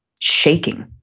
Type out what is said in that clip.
shaking